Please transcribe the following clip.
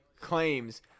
claims